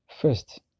first